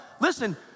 Listen